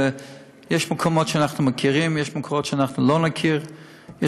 ויש מקומות שאנחנו מכירים בהם ויש מקומות שאנחנו לא נכיר בהם.